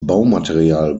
baumaterial